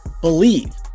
BELIEVE